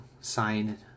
sign